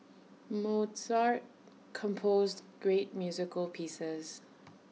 Mozart composed great musical pieces